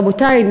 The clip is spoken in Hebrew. רבותי,